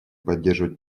поддерживать